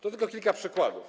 To tylko kilka przykładów.